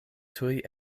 tuj